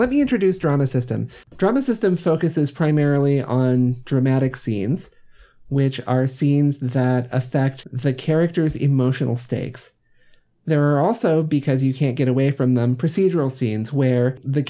let me introduce drama system drama system focuses primarily on dramatic scenes which are scenes that affect the characters emotional stakes there are also because you can't get away from the procedural scenes where the